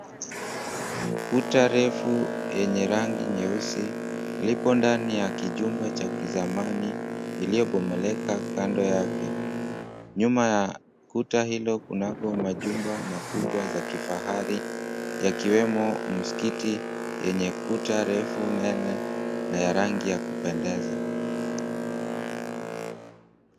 Kuta refu yenye rangi nyeusi, lipo ndani ya kijumba cha kizamani iliyobomoleka kando yake. Nyuma ya kuta hilo kunako majumba makubwa za kifahari, yakiwemo msikiti yenye kuta refu nene na ya rangi ya kupendeza.